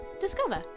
discover